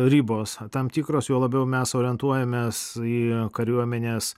ribos tam tikros juo labiau mes orientuojamės į kariuomenės